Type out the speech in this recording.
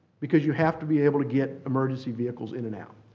because you have to be able to get emergency vehicles in and out.